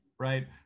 right